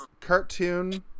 cartoon